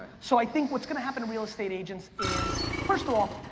so i think what's gonna happen to real estate agents is, first of all,